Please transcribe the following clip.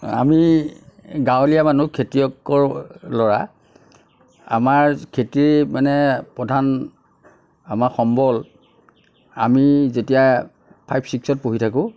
আমি গাৱঁলীয়া মানুহ খেতিয়কৰ ল'ৰা আমাৰ খেতি মানে প্ৰধান আমাৰ সম্বল আমি যেতিয়া ফাইভ ছিক্সত পঢ়ি থাকো